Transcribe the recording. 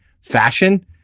fashion